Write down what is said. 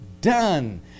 done